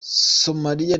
somalia